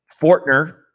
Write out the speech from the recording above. Fortner